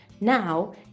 Now